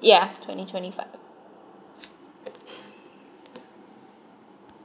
yeah twenty twenty five